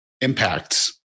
impacts